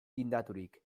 tindaturik